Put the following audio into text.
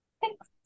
Thanks